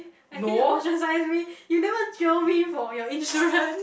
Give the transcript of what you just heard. I think you ostracise me you never jio me for your instrument